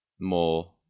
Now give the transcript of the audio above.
more